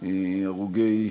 הרוגי